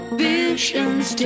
visions